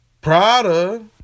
Prada